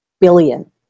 billion